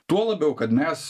tuo labiau kad mes